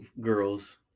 girls